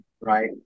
right